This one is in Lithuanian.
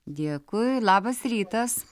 dėkui labas rytas